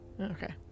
Okay